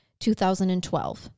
2012